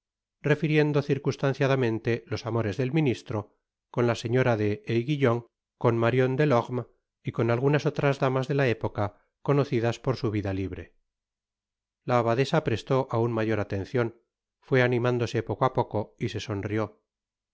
refiriendo circunstanciadamente los amores del ministro con la señora de aiguillon con marion de lorme y con algunas otras damas de la época conocidas por su vida libre la abadesa prestó aun mayor atencion fué animándose poco á poco y se sonrió